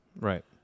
Right